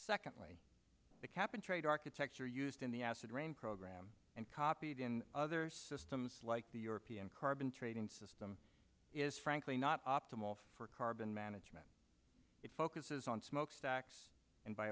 secondly the cap and trade architecture used in the acid rain program and copied in other systems like the european carbon trading system is frankly not optimal for carbon management it focuses on smokestacks and b